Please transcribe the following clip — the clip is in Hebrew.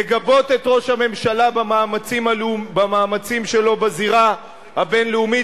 לגבות את ראש הממשלה במאמצים שלו בזירה הבין-לאומית,